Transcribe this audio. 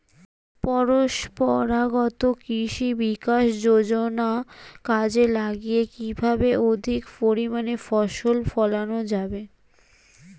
পরম্পরাগত কৃষি বিকাশ যোজনা কাজে লাগিয়ে কিভাবে অধিক পরিমাণে ফসল ফলানো যাবে?